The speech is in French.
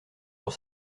sur